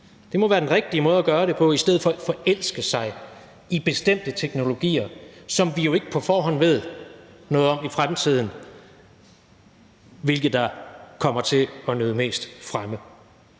Det må være den rigtige måde at gøre det på i stedet for at forelske sig i bestemte teknologier, hvor vi jo ikke på forhånd ved noget om, hvilke der i fremtiden kommer til at nyde mest fremme.